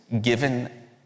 given